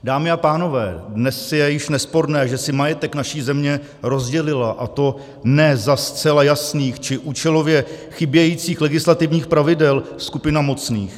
Dámy a pánové, dnes je již nesporné, že si majetek naší země rozdělila, a to za ne zcela jasných či účelově chybějících legislativních pravidel, skupina mocných.